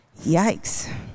yikes